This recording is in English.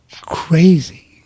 Crazy